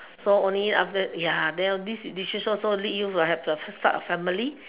so only after ya then this decision also lead you to first start of family